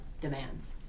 demands